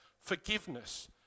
forgiveness